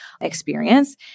experience